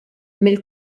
mill